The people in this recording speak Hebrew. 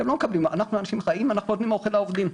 אנחנו אנשים חיים ואנחנו נותנים אוכל לעובדים,